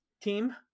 team